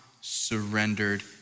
surrendered